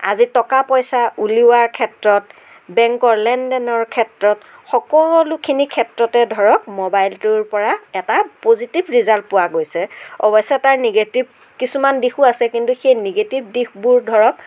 আজি টকা পইচা উলিওৱাৰ ক্ষেত্ৰত বেংকৰ লেনদেনৰ ক্ষেত্ৰত সকলোখিনি ক্ষেত্ৰতে ধৰক মোবাইলটোৰ পৰা এটা পজিটিভ ৰিজাল্ট পোৱা গৈছে অৱশ্য়ে তাৰ নিগেটিভ কিছুমান দিশো আছে কিন্তু সেই নিগেটিভ দিশবোৰ ধৰক